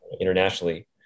internationally